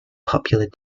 popular